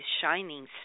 shining